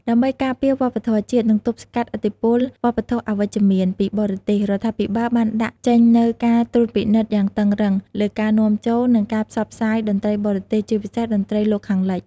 ដើម្បីការពារវប្បធម៌ជាតិ និងទប់ស្កាត់ឥទ្ធិពលវប្បធម៌ "អវិជ្ជមាន" ពីបរទេស រដ្ឋាភិបាលបានដាក់ចេញនូវ ការត្រួតពិនិត្យយ៉ាងតឹងរ៉ឹង លើការនាំចូល និងការផ្សព្វផ្សាយតន្ត្រីបរទេស ជាពិសេសតន្ត្រីលោកខាងលិច។